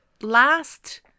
Last